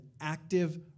active